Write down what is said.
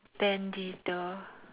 Bandito